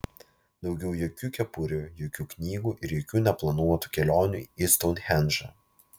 daugiau jokių kepurių jokių knygų ir jokių neplanuotų kelionių į stounhendžą